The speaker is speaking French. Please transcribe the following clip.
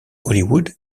hollywood